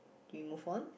we move on